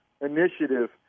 initiative